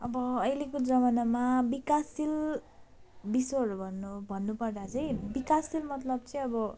अब अहिलेको जमानामा विकासशील विषयहरू भन्नु भन्नु पर्दा चाहिँ विकासशील मतलब चाहिँ अब